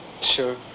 Sure